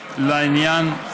לעניין,